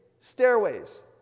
stairways